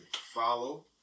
follow